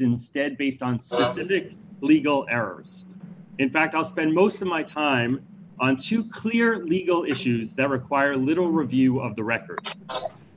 instead based on the dick legal errors in fact i'll spend most of my time on two clear legal issues that require little review of the record